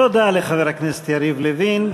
תודה לחבר הכנסת יריב לוין.